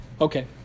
Okay